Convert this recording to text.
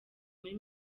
muri